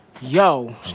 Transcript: yo